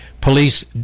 police